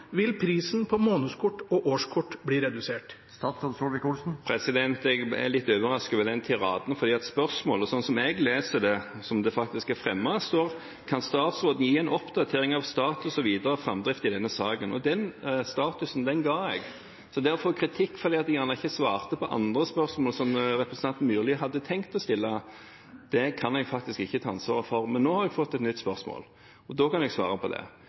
vil prisen på månedskort og årskort bli redusert? Jeg er litt overrasket over den tiraden, for i spørsmålet, slik jeg leser det og slik det faktisk er fremmet, står det: «Kan statsråden gi en oppdatering av status og videre framdrift i denne saken?» Den statusen ga jeg. Så det at jeg får kritikk fordi jeg kanskje ikke svarte på andre spørsmål som representanten Myrli hadde tenkt å stille, kan jeg faktisk ikke ta ansvaret for. Men nå har jeg fått et nytt spørsmål, og da kan jeg svare på det.